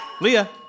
Leah